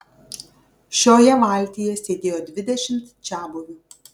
šioje valtyje sėdėjo dvidešimt čiabuvių